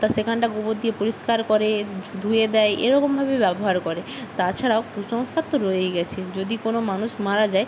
তা সেখানটা গোবর দিয়ে পরিষ্কার করে ধুয়ে দেয় এরকমভাবে ব্যবহার করে তাছাড়াও কুসংস্কার তো রয়েই গিয়েছে যদি কোনো মানুষ মারা যায়